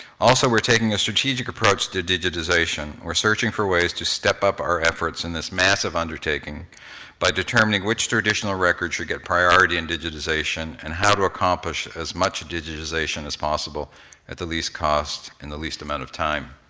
also, we're taking a strategic approach to digitization. we're searching for ways to step up our efforts in this massive undertaking by determining which traditional records should get priority in digitization and how to accomplish as much digitization as possible at the least cost in the least amount of time.